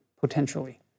potentially